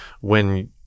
when-